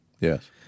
Yes